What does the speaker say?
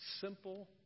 Simple